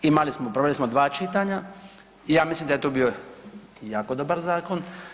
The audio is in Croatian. Imali smo, proveli smo dva čitanja i ja mislim da je to bio jako dobar zakon.